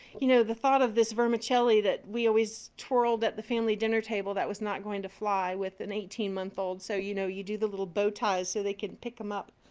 you know, the thought of this vermicelli that we always twirled at the family dinner table, that was not going to fly with an eighteen month old. so, you know, you do the little bowties so they can pick them up.